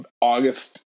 August